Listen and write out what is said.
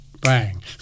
bang